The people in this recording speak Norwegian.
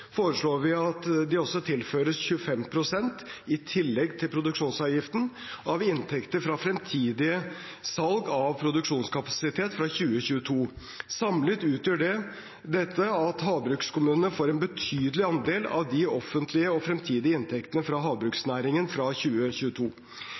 tillegg til produksjonsavgiften – av inntektene fra fremtidige salg av produksjonskapasitet fra 2022. Samlet gjør dette at havbrukskommunene får en betydelig andel av de offentlige, fremtidige inntektene fra